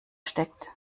steckt